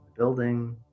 building